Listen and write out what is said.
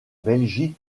belgique